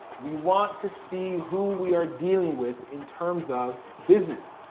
we want to see who we are dealing with in terms of business.